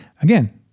Again